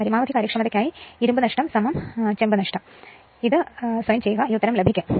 പരമാവധി കാര്യക്ഷമതയ്ക്കായി ഇരുമ്പ് നഷ്ടം ചെമ്പ് നഷ്ടം പക്ഷേ ഈ വ്യുത്പന്നം ദയവായി സ്വയം ചെയ്യുക ഈ ഉത്തരം ലഭിക്കും